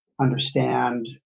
understand